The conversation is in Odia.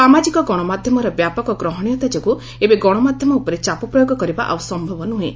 ସାମାଜିକ ଗଣମାଧ୍ୟମର ବ୍ୟାପକ ଗ୍ରହଣୀୟତା ଯୋଗୁଁ ଏବେ ଗଣମାଧ୍ୟମ ଉପରେ ଚାପ ପ୍ରୟୋଗ କରିବା ଆଉ ସମ୍ଭବ ନୁହେଁ